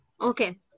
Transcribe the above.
Okay